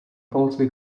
falsely